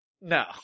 no